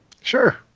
Sure